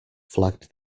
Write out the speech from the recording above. flagged